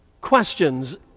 questions